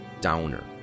Downer